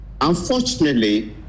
Unfortunately